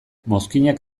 mozkinak